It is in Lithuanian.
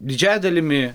didžiąja dalimi